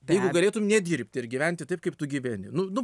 jeigu galėtum nedirbti ir gyventi taip kaip tu gyveni nu nu